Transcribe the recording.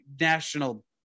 national